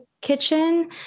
kitchen